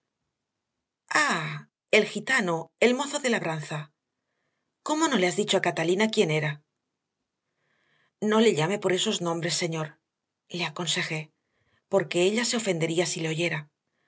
el gitano el mozo de labranza cómo no le has dicho a catalina quién era no le llame por esos nombres señor le aconsejéporque ella se ofendería si le oyera